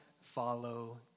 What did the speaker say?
Follow